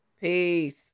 Peace